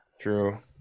true